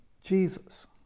Jesus